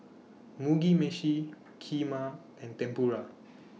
Mugi Meshi Kheema and Tempura